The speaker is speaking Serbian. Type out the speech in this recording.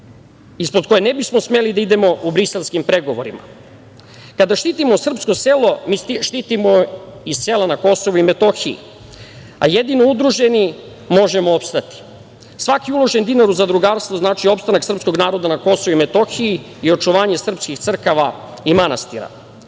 ispod kojih ne bismo smeli da idemo u briselskim pregovorima. Kada štitimo srpsko selo, mi štitimo i sela na Kosovu i Metohiji, a jedino udruženi možemo opstati. Svaki uloženi dinar u zadrugarstvo znači opstanak srpskog naroda na Kosovu i Metohiji i očuvanje srpskih crkava i manastira.